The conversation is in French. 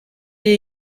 est